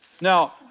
Now